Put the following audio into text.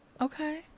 Okay